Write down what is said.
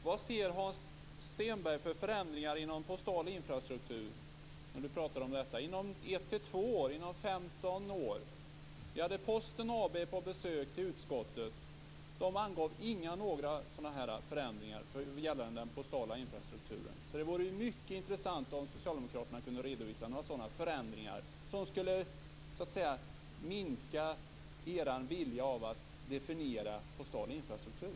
Fru talman! Vilka förändringar ser Hans Stenberg inom postal infrastruktur inom ett par år eller inom 15 Posten AB har besökt utskottet. Man angav inga förändringar gällande den postala infrastrukturen. Därför vore det mycket intressant om ni socialdemokrater kunde redovisa förändringar som så att säga skulle minska er vilja att definiera begreppet postal infrastruktur.